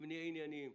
נהיה ענייניים.